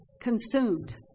Consumed